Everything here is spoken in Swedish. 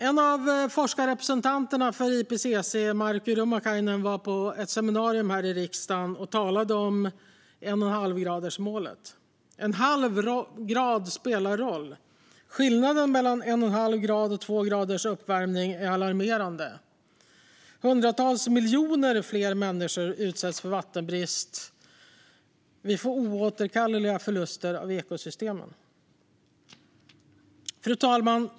En av forskarrepresentanterna för IPCC, Markku Rummukainen, talade på ett seminarium här i riksdagen om 1,5-gradersmålet. En halv grad spelar roll. Skillnaden mellan en uppvärmning med en och en halv grad och två grader är alarmerande: Hundratals miljoner fler människor utsätts för vattenbrist, och vi får oåterkalleliga förluster av ekosystem. Fru talman!